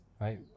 right